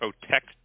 Protect